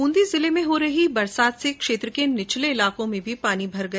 बूंदी जिले में हो रही बरसात से क्षेत्र के निचले इलाकों में पानी भर गया